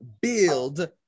build